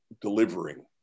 delivering